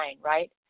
right